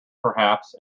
perhaps